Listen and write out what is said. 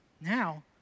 Now